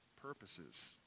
purposes